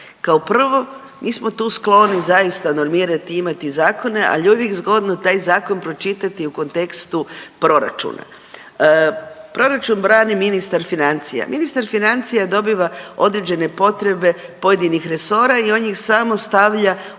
Kao prvo mi smo tu skloni zaista normirati, imati zakone, ali je uvijek zgodno taj zakon pročitati u kontekstu proračuna. Proračun brani ministar financija, ministar financija dobiva određene potrebe pojedinih resora i on ih samo stavlja u